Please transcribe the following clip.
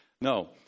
No